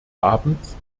abends